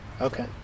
okay